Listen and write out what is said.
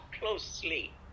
closely